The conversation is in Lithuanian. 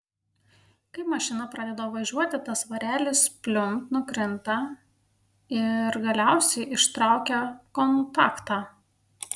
kai mašina pradeda važiuoti tas svarelis pliumpt nukrinta ir galiausiai ištraukia kontaktą